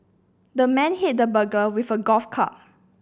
the man hit the burger with a golf club